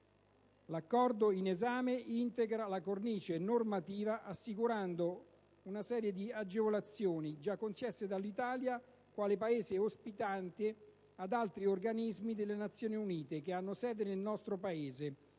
L'Accordo in esame integra la cornice normativa, assicurando una serie di agevolazioni, già concesse dall'Italia, quale Paese ospitante, ad altri organismi delle Nazioni Unite che hanno sede nel nostro Paese,